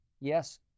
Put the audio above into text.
Yes